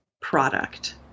product